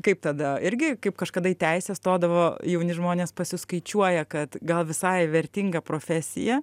kaip tada irgi kaip kažkada į teisę stodavo jauni žmonės pasiskaičiuoja kad gal visai vertinga profesija